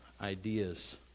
ideas